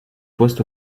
post